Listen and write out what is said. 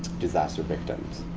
disaster victims.